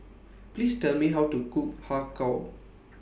Please Tell Me How to Cook Har Kow